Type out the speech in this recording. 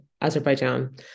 Azerbaijan